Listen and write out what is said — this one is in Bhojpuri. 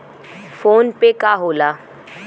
फोनपे का होला?